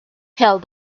held